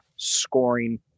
scoring